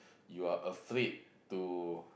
you are afraid to